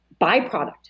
byproduct